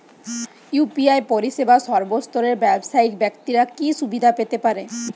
UPI পরিসেবা সর্বস্তরের ব্যাবসায়িক ব্যাক্তিরা কি সুবিধা পেতে পারে?